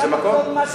זה לא מכובד.